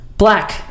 Black